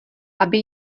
aby